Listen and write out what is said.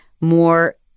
more